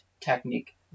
technique